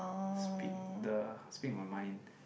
speak the speak my mind